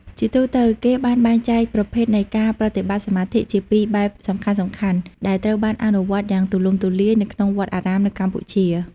ជាទូទៅ គេបានបែងចែកប្រភេទនៃការប្រតិបត្តិសមាធិជាពីរបែបសំខាន់ៗដែលត្រូវបានអនុវត្តយ៉ាងទូលំទូលាយនៅក្នុងវត្តអារាមនៅកម្ពុជា។